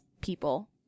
people